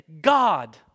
God